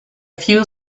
few